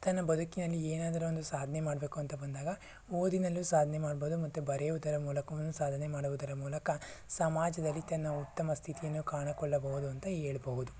ತನ್ನ ಬದುಕಿನಲ್ಲಿ ಏನಾದರೂ ಒಂದು ಸಾಧನೆ ಮಾಡ್ಬೇಕು ಅಂತ ಬಂದಾಗ ಓದಿನಲ್ಲೂ ಸಾಧನೆ ಮಾಡ್ಬೋದು ಮತ್ತೆ ಬರೆಯುವುದರ ಮೂಲಕವೂ ಸಾಧನೆ ಮಾಡುವುದರ ಮೂಲಕ ಸಮಾಜದಲ್ಲಿ ತನ್ನ ಉತ್ತಮ ಸ್ಥಿತಿಯನ್ನು ಕಾಣಕೊಳ್ಳಬಹುದು ಅಂತ ಹೇಳ್ಬಹುದು